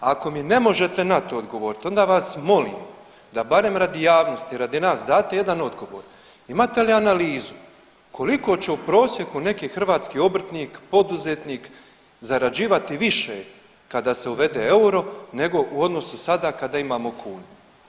Ako mi ne možete na to odgovoriti, onda vas molim da barem javnosti, radi nas date jedan odgovor imate li analizu koliko će u prosjeku neki hrvatski obrtnik, poduzetnik zarađivati više kada se uvede euro, nego u odnosu sada kada imamo kunu.